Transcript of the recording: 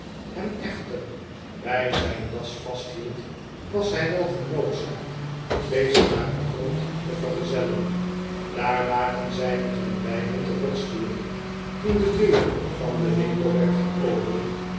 hem echter bij zijn das vasthield was hij wel genoodzaakt dezen naar den grond te vergezellen daar lagen zij met hun beiden te worstelen toen de deur van den winkel werd geopend